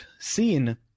seen